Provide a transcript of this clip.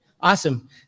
Awesome